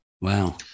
Wow